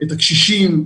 את הקשישים,